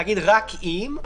להגיד "רק אם",